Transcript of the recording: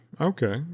Okay